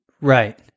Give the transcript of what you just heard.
Right